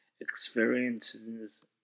experiences